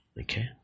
Okay